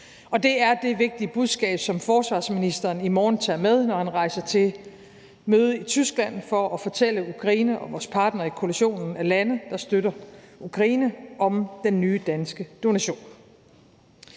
og det er det vigtige budskab, som forsvarsministeren i morgen tager med, når han rejser til møde i Tyskland for at fortælle Ukraine og vores partnere i koalitionen af lande, der støtter Ukraine, om den nye danske donation.